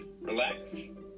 relax